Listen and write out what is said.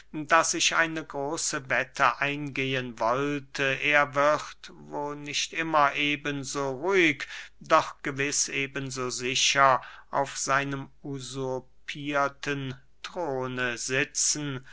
daß ich eine große wette eingehen wollte er wird wo nicht immer eben so ruhig doch gewiß eben so sicher auf seinem usurpierten throne sitzen